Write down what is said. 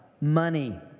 money